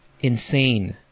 Insane